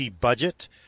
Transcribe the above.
budget